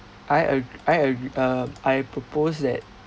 I ag~ I agre~ uh I propose that